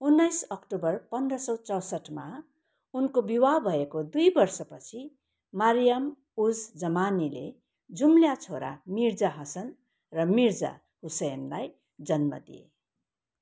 उन्नाइस अक्टोबर पन्ध्र सय चौसट्ठीमा उनको विवाह भएको दुई वर्षपछि मारियाम उज जमानीले जुम्ल्याहा छोरा मिर्जा हसन र मिर्जा हुसैनलाई जन्म दिए